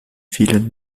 vielen